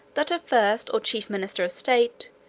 that a first or chief minister of state,